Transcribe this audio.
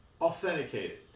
authenticated